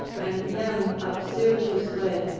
and them apsyrtus led,